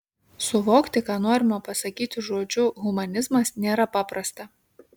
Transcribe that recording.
suvokti ką norima pasakyti žodžiu humanizmas nėra paprasta